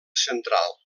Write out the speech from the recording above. central